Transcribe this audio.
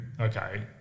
okay